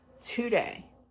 today